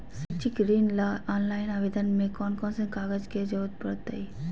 शैक्षिक ऋण ला ऑनलाइन आवेदन में कौन कौन कागज के ज़रूरत पड़तई?